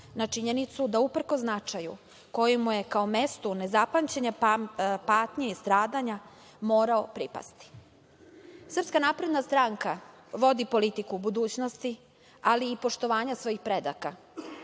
na činjenicu da uprkos značaju koji mu je kao mestu nezapamćene patnje i stradanja morao pripasti. Srpska napredna stranka vodi politiku budućnosti, ali i poštovanja svojih predaka.